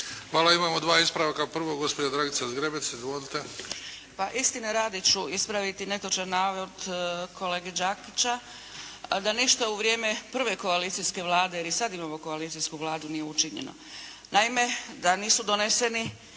Hvala. Imamo dva ispravka. Prvo gospođa Dragica Zgrebec. Izvolite. **Zgrebec, Dragica (SDP)** Pa istine radi ću ispraviti netočan navod kolege Đakića da ništa prve koalicijske Vlade, jer i sada imamo koalicijsku Vladu, nije učinjeno. Naime da nisu doneseni